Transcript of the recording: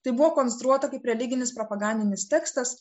tai buvo konstruota kaip religinis propagandinis tekstas